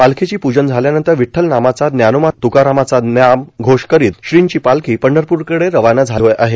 पालखीची पूजन झाल्यानंतर विठ्ठल नामाचाए ज्ञानोबा त्कारामाचा नाम घोष करीत श्रीची पालखी पंढरपूरकडे रवाना झाली आहे